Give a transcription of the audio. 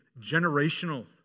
generational